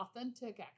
authentic